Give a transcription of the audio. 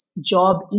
job